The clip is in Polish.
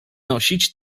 nosić